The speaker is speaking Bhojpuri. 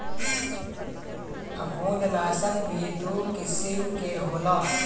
फंफूदनाशक भी दू किसिम के होला